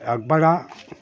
একবার